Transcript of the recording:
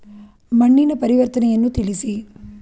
ಮಣ್ಣಿನ ಪರಿವರ್ತನೆಯನ್ನು ತಿಳಿಸಿ?